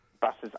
Buses